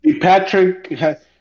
Patrick